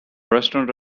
restaurant